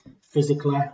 physically